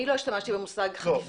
אני לא השתמשתי במושג חטיפה.